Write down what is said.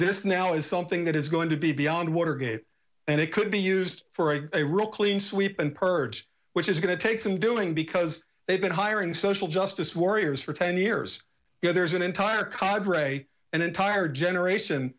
this now is something that is going to be beyond watergate and it could be used for a real clean sweep and purge which is going to take some doing because they've been hiring social justice warriors for ten years you know there's an entire cobr a an entire generation